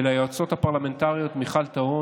וליועצות הפרלמנטריות מיכל טהון,